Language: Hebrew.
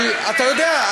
אבל אתה יודע,